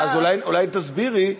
אז אולי אם תסבירי,